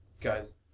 guys